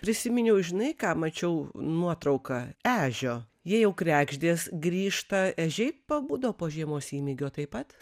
prisiminiau žinai ką mačiau nuotrauką ežio jei jau kregždės grįžta ežiai pabudo po žiemos įmigio taip pat